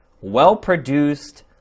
well-produced